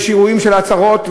יש אירועים של עצרות,